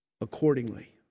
accordingly